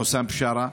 חוסם בשארה,